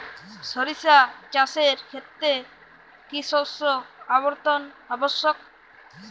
সরিষা চাষের ক্ষেত্রে কি শস্য আবর্তন আবশ্যক?